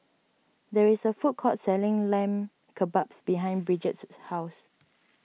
there is a food court selling Lamb Kebabs behind Bridget says house